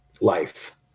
life